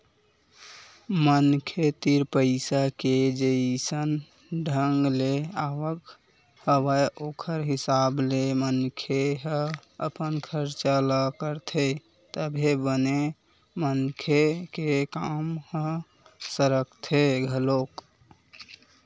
मनखे तीर पइसा के जइसन ढंग ले आवक हवय ओखर हिसाब ले मनखे ह अपन खरचा ल करथे तभे बने मनखे के काम ह सरकथे घलोक